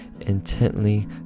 intently